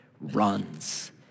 runs